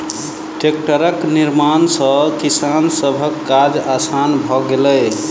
टेक्टरक निर्माण सॅ किसान सभक काज आसान भ गेलै